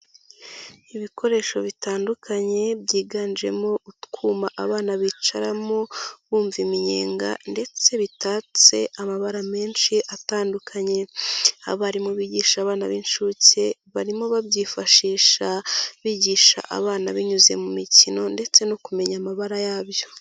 Ibikoresho bitandukanye byiganjemo utwuma abana bicaramo bumva iminyenga, ndetse bitatse amabara menshi atandukanye. Abarimu bigisha abana b'incuke, barimo babyifashisha, bigisha abana binyuze mu mikino ndetse no kumenya amabara yabyo.